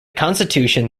constitution